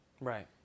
Right